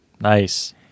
Nice